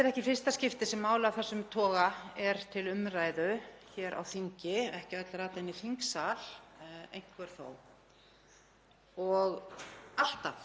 Þetta er ekki í fyrsta skipti sem mál af þessum toga er til umræðu hér á þingi, ekki öll rata inn í þingsal, einhver þó. Alltaf